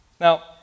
Now